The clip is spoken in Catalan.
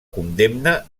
condemna